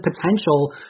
potential